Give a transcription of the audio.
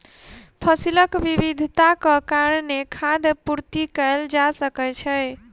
फसीलक विविधताक कारणेँ खाद्य पूर्ति कएल जा सकै छै